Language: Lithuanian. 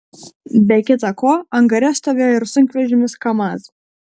be kita ko angare stovėjo ir sunkvežimis kamaz